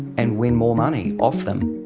and win more money off them,